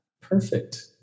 Perfect